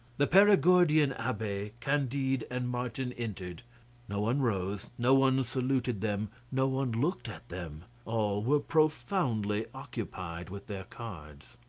the perigordian abbe, candide and martin entered no one rose, no one saluted them, no one looked at them all were profoundly occupied with their cards.